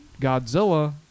Godzilla